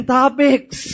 topics